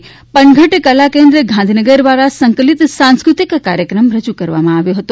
આ પ્રસંગે પનઘટ કલા કેન્દ્ર ગાંધીનગર દ્વારા સંકલિત સાંસ્કૃતિક કાર્યક્રમ રજૂ કરવામાં આવ્યો હતો